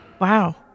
Wow